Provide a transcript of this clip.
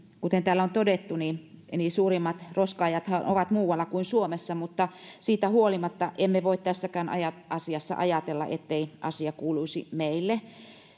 kuten täällä on todettu niin suurimmat roskaajathan ovat muualla kuin suomessa mutta siitä huolimatta emme voi tässäkään asiassa ajatella ettei asia kuuluisi meille